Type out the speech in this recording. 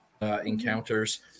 encounters